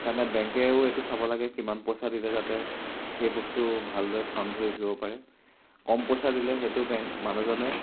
সেইকাৰণে বেংকেও এইটো চাব লাগে কিমান পইচা দিলে যাতে সেই বস্তু ভালদৰে ঠন ধৰি উঠিব পাৰে কম পইচা দিলে সেইটো বেংক মানুহজনে